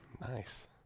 Nice